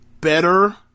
better